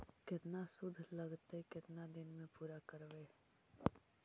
केतना शुद्ध लगतै केतना दिन में पुरा करबैय?